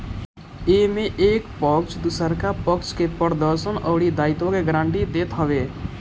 एमे एक पक्ष दुसरका पक्ष के प्रदर्शन अउरी दायित्व के गारंटी देत हवे